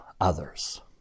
others